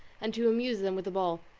and to amuse them with a ball.